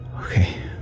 Okay